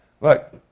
Look